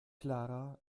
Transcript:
clara